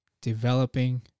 developing